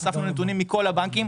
אספנו נתונים מכל הבנקים.